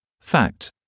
Fact